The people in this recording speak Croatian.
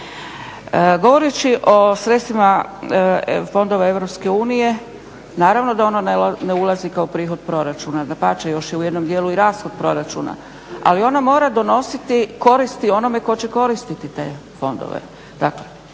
Govoreći o sredstvima Fondova Europske unije, naravno da ono ne ulazi kao prihod proračuna. Dapače, još je u jednom dijelu i rashod proračuna ali ona mora donositi koristi onome tko će koristiti te fondove.